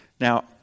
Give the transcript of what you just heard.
Now